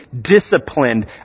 disciplined